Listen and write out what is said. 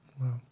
Wow